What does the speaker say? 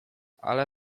ale